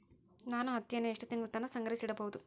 ನಾನು ಹತ್ತಿಯನ್ನ ಎಷ್ಟು ತಿಂಗಳತನ ಸಂಗ್ರಹಿಸಿಡಬಹುದು?